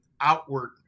outward